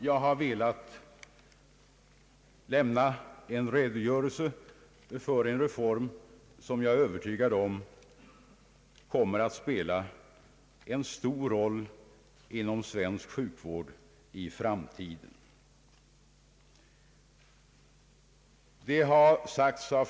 Jag har velat lämna en redogörelse för en reform som kommer att spela en stor roll inom svensk sjukvård i framtiden.